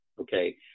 okay